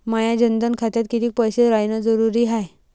माया जनधन खात्यात कितीक पैसे रायन जरुरी हाय?